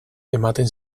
ematen